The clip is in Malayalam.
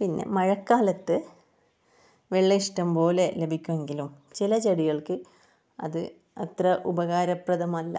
പിന്നെ മഴക്കാലത്ത് വെള്ളം ഇഷ്ടംപോലെ ലഭിക്കുമെങ്കിലും ചില ചെടികൾക്ക് അത് അത്ര ഉപകാരപ്രദമല്ല